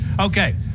Okay